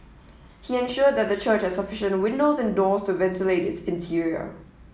he ensured that the church had sufficient windows and doors to ventilate its interior